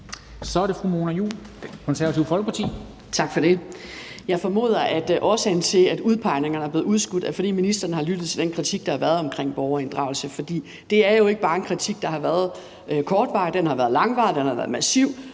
Så er det fru Mona Juul, Det Konservative Folkeparti. Kl. 10:31 Mona Juul (KF): Tak for det. Jeg formoder, at årsagen til, at udpegningerne er blevet udskudt, er, at ministeren har lyttet til den kritik, der har været omkring borgerinddragelse, for det er jo ikke bare en kritik, der har været kortvarig. Den har været langvarig, den har været massiv,